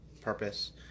purpose